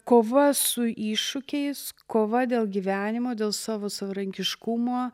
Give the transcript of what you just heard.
kova su iššūkiais kova dėl gyvenimo dėl savo savarankiškumo